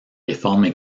réformes